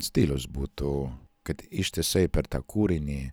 stilius būtų kad ištisai per tą kūrinį